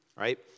right